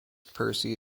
percy